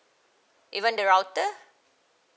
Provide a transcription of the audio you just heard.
even the router